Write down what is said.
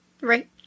Right